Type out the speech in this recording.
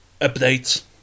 updates